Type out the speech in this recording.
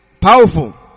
powerful